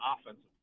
offensive